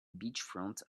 beachfront